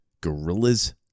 gorillas